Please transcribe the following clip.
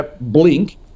blink